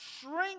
shrink